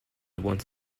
once